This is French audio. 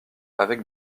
avec